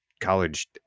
college